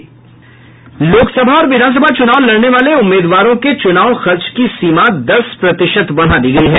लोकसभा और विधानसभा चुनाव लड़ने वाले उम्मीदवारों के चुनाव खर्च की सीमा दस प्रतिशत बढ़ा दी गयी है